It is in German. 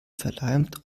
verleimt